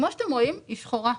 כמו שאתם רואים, היא שחורה.